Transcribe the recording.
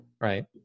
right